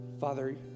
Father